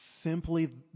simply